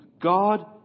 God